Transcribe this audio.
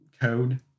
code